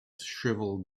shriveled